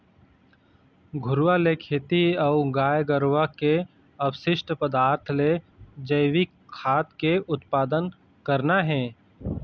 घुरूवा ले खेती अऊ गाय गरुवा के अपसिस्ट पदार्थ ले जइविक खाद के उत्पादन करना हे